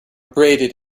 abraded